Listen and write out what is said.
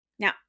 Now